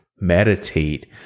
meditate